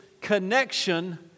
connection